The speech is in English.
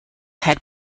had